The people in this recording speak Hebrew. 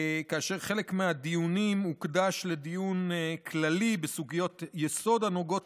וחלק מהדיונים הוקדש לדיון כללי בסוגיות יסוד הנוגעות